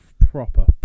proper